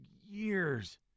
years